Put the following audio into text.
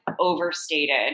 overstated